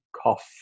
cough